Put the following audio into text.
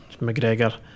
McGregor